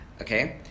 Okay